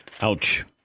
Ouch